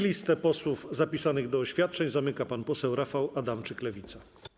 Listę posłów zapisanych do oświadczeń zamyka pan poseł Rafał Adamczyk, Lewica.